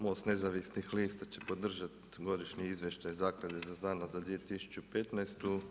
Most nezavisnih lista će podržati Godišnje izvješće Zaklade za znanost za 2015.